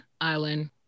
Island